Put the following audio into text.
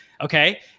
Okay